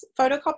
photocopy